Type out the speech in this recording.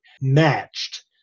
matched